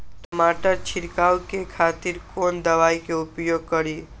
टमाटर छीरकाउ के खातिर कोन दवाई के उपयोग करी?